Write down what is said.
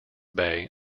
bay